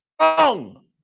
wrong